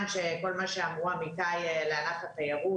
כל מה שאמרו עמיתיי לענף התיירות,